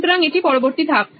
সুতরাং এটি পরবর্তী ধাপ